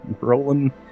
Rolling